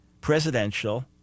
presidential